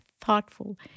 thoughtful